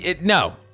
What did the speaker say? no